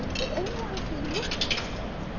but anyone who looked at her